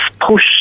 push